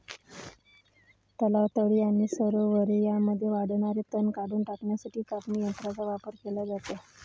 तलाव, तळी आणि सरोवरे यांमध्ये वाढणारे तण काढून टाकण्यासाठी कापणी यंत्रांचा वापर केला जातो